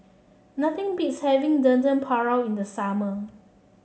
nothing beats having Dendeng Paru in the summer